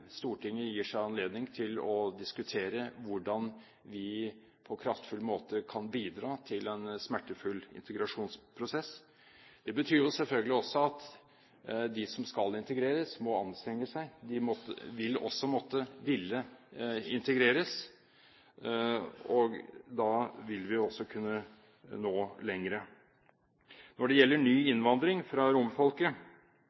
Stortinget gis anledning til å diskutere hvordan vi på kraftfull måte kan bidra i en smertefull integrasjonsprosess. Det betyr selvfølgelig at de som skal integreres, også må anstrenge seg. De må ville integreres, og da vil vi også kunne nå lenger. Når det gjelder ny